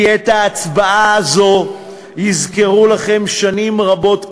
כי את ההצבעה הזאת יזכרו לכם שנים רבות קדימה.